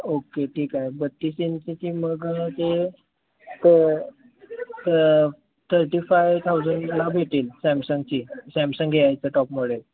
okay ठीक आहे बत्तीस इंचीची मग ते थर्टी फाय थाऊजंडला भेटेल सॅमसंगची सॅमसंग ए आयचं टॉप मॉडेल